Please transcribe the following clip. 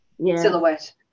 silhouette